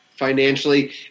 financially